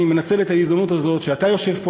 אני מנצל את ההזדמנות הזאת שאתה יושב פה,